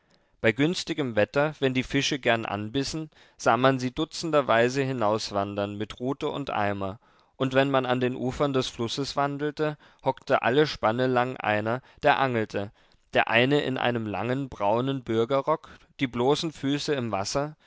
bei günstigem wetter wenn die fische gern anbissen sah man sie dutzendweise hinauswandern mit rute und eimer und wenn man an den ufern des flusses wandelte hockte alle spanne lang einer der angelte der eine in einem langen braunen bürgerrock die bloßen füße im wasser